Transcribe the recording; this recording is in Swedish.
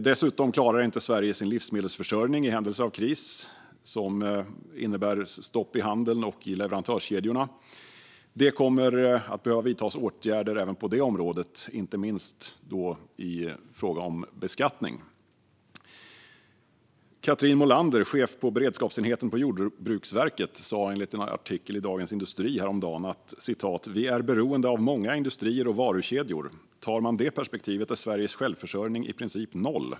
Dessutom klarar Sverige inte sin livsmedelsförsörjning i händelse av en kris som innebär stopp i handel och i leverantörskedjor. Det kommer att behöva vidtas åtgärder även på detta område, inte minst i fråga om beskattning. Catrin Molander, chef på beredskapsenheten på Jordbruksverket sa i en artikel i Dagens industri häromdagen: "Vi är beroende av många industrier och varukedjor. Tar man det perspektivet är Sveriges självförsörjning i princip noll."